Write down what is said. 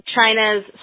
China's